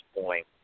point